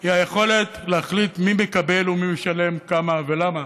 הוא היכולת להחליט מי מקבל ומי משלם, כמה ולמה.